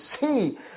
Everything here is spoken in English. see